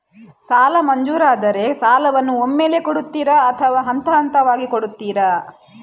ಸಾಲ ಮಂಜೂರಾದರೆ ಸಾಲವನ್ನು ಒಮ್ಮೆಲೇ ಕೊಡುತ್ತೀರಾ ಅಥವಾ ಹಂತಹಂತವಾಗಿ ಕೊಡುತ್ತೀರಾ?